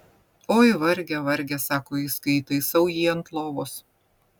oi varge varge sako jis kai įtaisau jį ant lovos